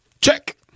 Check